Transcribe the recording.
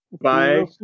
Bye